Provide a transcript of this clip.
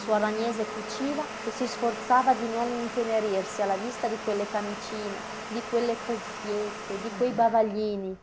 suor agnese cuciva e si sforzava di non intenerirsi alla vista di quelle camicine di quelle cuffiette di quei bavaglini